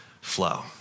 flow